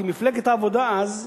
כי מפלגת העבודה, אז,